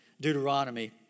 Deuteronomy